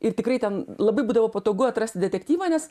ir tikrai ten labai būdavo patogu atrasti detektyvą nes